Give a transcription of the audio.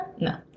no